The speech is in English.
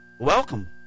welcome